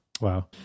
Wow